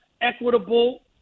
equitable